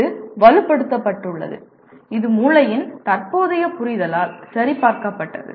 இது வலுப்படுத்தப்பட்டுள்ளது இது மூளையின் தற்போதைய புரிதலால் சரிபார்க்கப்பட்டது